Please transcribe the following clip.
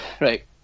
right